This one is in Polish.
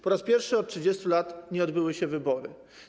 Po raz pierwszy od 30 lat nie odbyły się wybory.